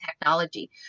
technology